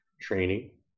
training